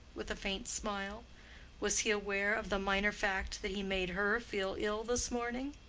with a faint smile was he aware of the minor fact that he made her feel ill this morning?